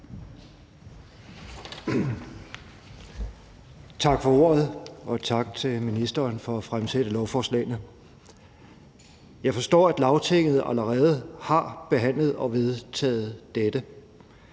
Tak for ordet, og tak til ministeren for at fremsætte lovforslagene. Jeg forstår, at Lagtinget allerede har behandlet og vedtaget dette.